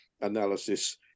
analysis